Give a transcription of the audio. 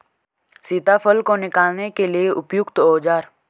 सीताफल को निकालने के लिए उपयुक्त औज़ार?